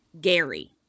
Gary